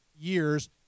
years